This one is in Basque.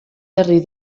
berri